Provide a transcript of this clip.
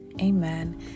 amen